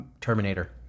Terminator